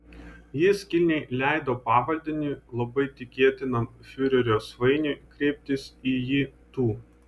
jis kilniai leido pavaldiniui labai tikėtinam fiurerio svainiui kreiptis į jį tu